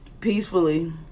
peacefully